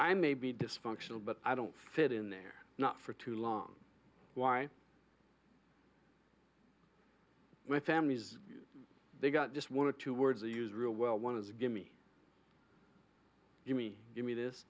i may be dysfunctional but i don't fit in there not for too long why my family is they've got just one or two words i use real well one is gimme gimme gimme this